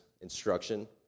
instruction